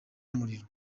umuriro